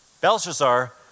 Belshazzar